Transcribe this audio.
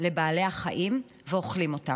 לבעלי החיים ואוכלים אותם.